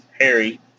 Harry